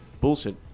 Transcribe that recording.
bullshit